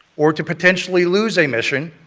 or to potentially lose a mission,